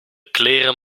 kleren